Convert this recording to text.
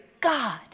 God